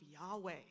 Yahweh